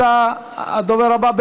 אתה הדובר הבא,